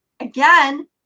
Again